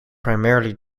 primarily